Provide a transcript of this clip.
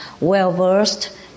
well-versed